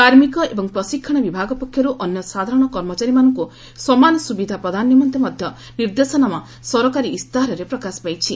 କାର୍ମିକ ଏବଂ ପ୍ରଶିକ୍ଷଣ ବିଭାଗ ପକ୍ଷରୁ ଅନ୍ୟ ସାଧାରଣ କର୍ମଚାରୀମାନଙ୍କୁ ସମାନ ସୁବିଧା ପ୍ରଦାନ ନିମନ୍ତେ ମଧ୍ୟ ନିର୍ଦ୍ଦେଶନାମା ସରକାରୀ ଇସ୍ତାହାରରେ ପ୍ରକାଶ ପାଇଛି